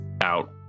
out